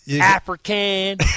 African